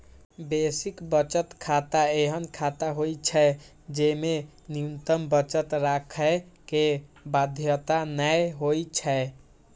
basic बचत खाता एहन खाता होइ छै, जेमे न्यूनतम बचत राखै के बाध्यता नै होइ छै